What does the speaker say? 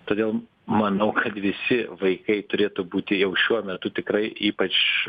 todėl manau kad visi vaikai turėtų būti jau šiuo metu tikrai ypač